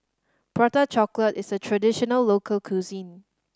Prata Chocolate is a traditional local cuisine